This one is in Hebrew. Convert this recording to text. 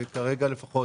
כרגע לפחות,